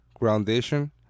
Groundation